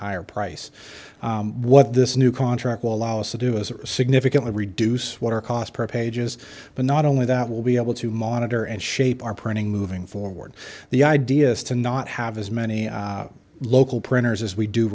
higher price what this new contract will allow us to do is it significantly reduce what our cost per page is but not only that will be able to monitor and shape our printing moving forward the idea is to not have as many local printers as we do